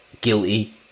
guilty